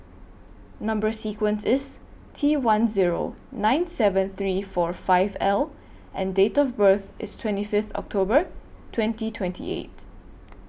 Number sequence IS T one Zero nine seven three four five L and Date of birth IS twenty Fifth October twenty twenty eight